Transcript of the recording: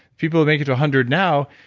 people would make it to a hundred now.